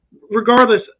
regardless